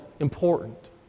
important